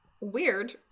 weird